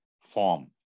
form